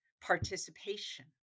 participation